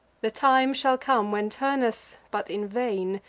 the time shall come, when turnus, but in vain,